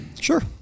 Sure